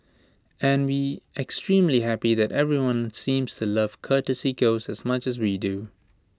and we extremely happy that everyone seems to love courtesy ghost as much as we do